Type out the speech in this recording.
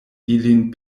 ilin